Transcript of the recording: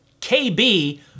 KB